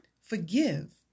forgive